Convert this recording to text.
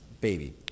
baby